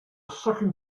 second